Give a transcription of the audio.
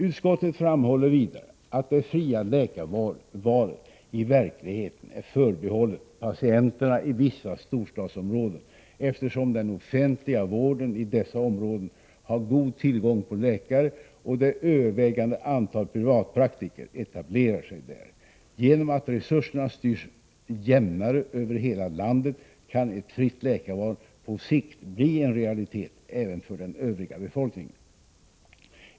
Utskottet framhåller vidare att det fria läkarvalet i verkligheten är förbehållet patienterna i vissa storstadsområden, eftersom den offentliga vården i dessa områden har god tillgång på läkare och det övervägande antalet privatpraktiker etablerar sig där. Genom att resurserna styrs jämnare över hela landet kan ett fritt läkarval på sikt bli en realitet även för den övriga befolkningen.